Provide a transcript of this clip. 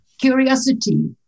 curiosity